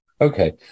Okay